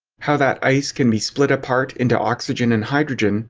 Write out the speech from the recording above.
how that ice can be split apart into oxygen and hydrogen,